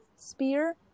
Spear